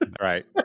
Right